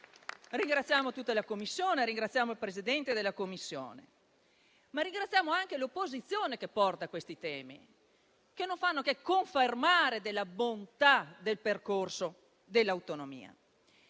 Ringraziamo tutta la Commissione e il suo Presidente, ma ringraziamo altresì l'opposizione che porta questi temi, che non fanno che confermare la bontà del percorso dell'autonomia.